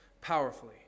powerfully